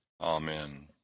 Amen